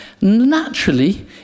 Naturally